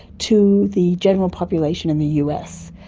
to the general population in the us.